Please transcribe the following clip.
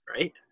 right